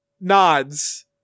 nods